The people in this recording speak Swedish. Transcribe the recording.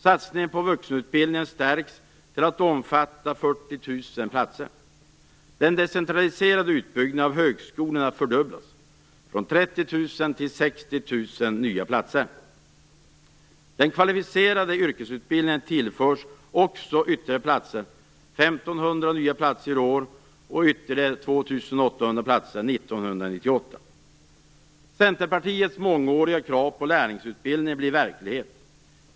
Satsningen på vuxenutbildning stärks till att omfatta 40 000 platser. Den decentraliserade utbyggnaden av högskolorna fördubblas från 30 000 till 60 000 nya platser. Den kvalificerade yrkesutbildningen tillförs också ytterligare platser - 1 500 nya platser i år och ytterligare 2 800 platser 1998. Centerpartiets mångåriga krav på lärlingsutbildning blir verklighet.